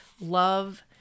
love